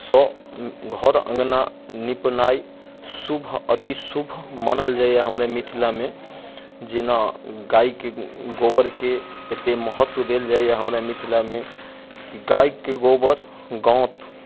सँ घर अँगना निपनाए शुभ अति शुभ मानल जाइए हमरा मिथिला मे जेना गाय के गोबर के एते महत्व देल जाइए हमरा मिथिला मे कि गाय के गोबर गोत